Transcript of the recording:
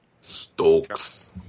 Stokes